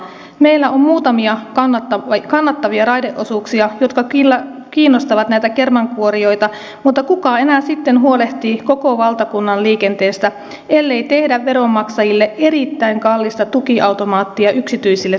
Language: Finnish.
meillä on muutamia kannattavia raideosuuksia jotka kyllä kiinnostavat näitä kermankuorijoita mutta kuka enää sitten huolehtii koko valtakunnan liikenteestä ellei tehdä veronmaksajille erittäin kallista tukiautomaattia yksityisille toimijoille